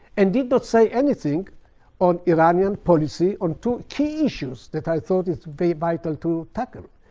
and did not say anything on iranian policy on two key issues that i thought it'd be vital to tackle.